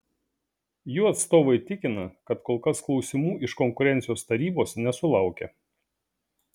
jų atstovai tikina kad kol kas klausimų iš konkurencijos tarybos nesulaukė